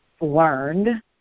learned